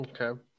Okay